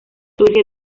surge